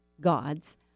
gods